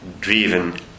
driven